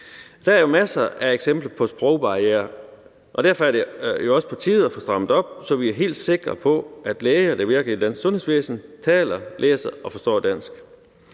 Der er masser af eksempler på sprogbarrierer, og derfor er det jo også på tide at få strammet op, så vi er helt sikre på, at læger, der virker i det danske sundhedsvæsen, taler, læser og forstår dansk.